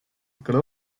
grew